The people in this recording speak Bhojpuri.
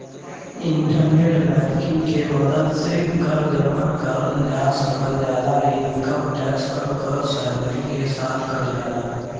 इंटरनेट बैंकिंग के मदद से कर जमा करल जा सकल जाला इनकम टैक्स क कर सैलरी के साथ कट जाला